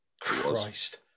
Christ